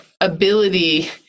ability